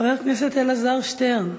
חבר הכנסת אלעזר שטרן,